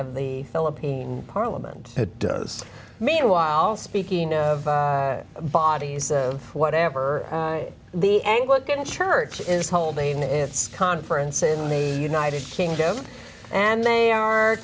of the philippine parliament does meanwhile speaking of bodies of whatever the anglican church is holding its conference in the united kingdom and they are